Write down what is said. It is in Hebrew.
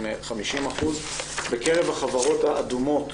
בקרב החברות האדומות